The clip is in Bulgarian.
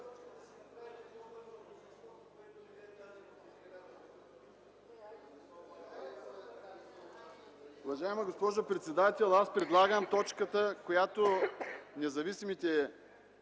Уважаема госпожо председател, аз предлагам точката, която независимите